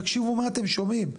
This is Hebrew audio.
תקשיבו מה אתם שומעים,